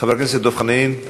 חבר הכנסת דב חנין,